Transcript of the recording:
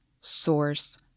source